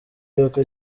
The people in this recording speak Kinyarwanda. y’uko